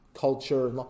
culture